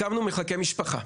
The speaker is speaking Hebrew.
הקמנו מחלקי משפחה,